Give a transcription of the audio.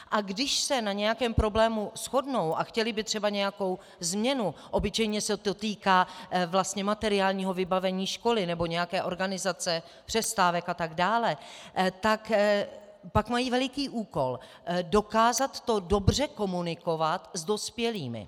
A když se na nějakém problému shodnou a chtěli by nějakou změnu, obyčejně se to týká vlastně materiálního vybavení školy nebo nějaké organizace přestávek atd., pak mají veliký úkol dokázat to dobře komunikovat s dospělými.